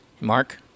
Mark